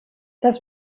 das